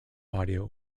audio